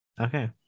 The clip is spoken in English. Okay